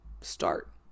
Start